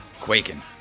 quaking